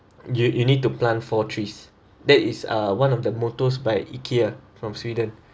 you you need to plant four trees that is uh one of the mottos by ikea from sweden